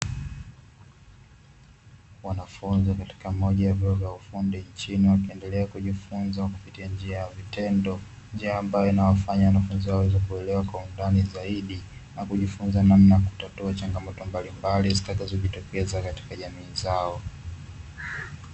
Wanafunzi katika moja ya vyuo vya ufundi nchini wakiendelea kujifunza katika njia ya vitendo, njia inayowafanya wanafunzi ao waweze kuelewa kwa undani zaidi na kujifunza namna ya kutatua changamoto mbalimbali zitakazojitokeza katika jamii zao.